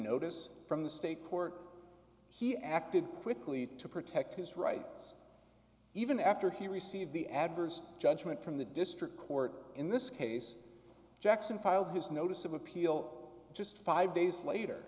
notice from the state court he acted quickly to protect his rights even after he received the adverse judgment from the district court in this case jackson filed his notice of appeal just five days later